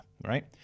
right